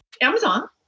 Amazon